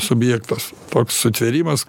subjektas toks sutvėrimas